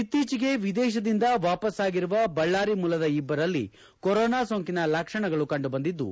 ಇತ್ತೀಚಿಗೆ ವಿದೇಶದಿಂದ ವಾಪಸ್ಸಾಗಿರುವ ಬಳ್ಳಾರಿ ಮೂಲದ ಇಬ್ಬರಲ್ಲಿ ಕೊರೋನಾ ಸೋಂಕಿನ ಲಕ್ಷಣಗಳು ಕಂಡುಬಂದಿದ್ದು